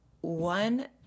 one